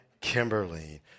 Kimberly